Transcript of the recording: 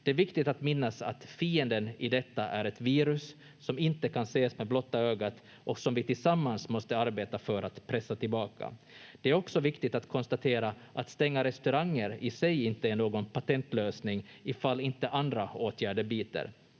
Det är viktigt att minnas att fienden i detta är ett virus som inte kan ses med blotta ögat och som vi tillsammans måste arbeta för att pressa tillbaka. Det är också viktigt att konstatera att stänga restauranger i sig inte är någon patentlösning ifall inte andra åtgärder biter.